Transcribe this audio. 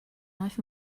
knife